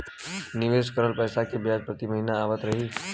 निवेश करल पैसा के ब्याज प्रति महीना आवत रही?